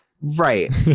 right